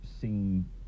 seen